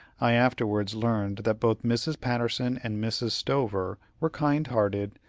i afterwards learned that both mrs. patterson and mrs. stover were kindhearted,